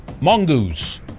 Mongoose